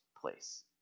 place